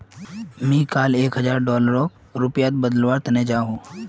मी कैल एक हजार डॉलरक रुपयात बदलवार तने जामु